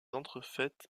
entrefaites